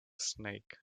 snake